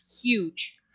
huge